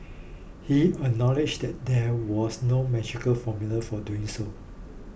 he acknowledged that there was no magical formula for doing so